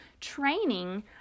training